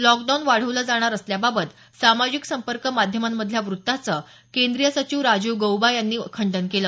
lockdown वाढवलं जणार असल्याबाबत सामाजिक संपर्क माध्यमांमधल्या वृत्ताचं केंद्रीय सचिव राजीव गौबा यांनी खंडन केलं